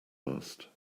last